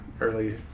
early